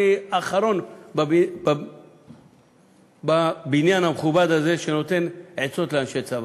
אני האחרון בבניין המכובד הזה שנותן עצות לאנשי צבא.